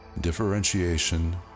Differentiation